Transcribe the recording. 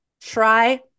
Try